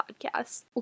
podcast